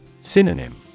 Synonym